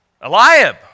Eliab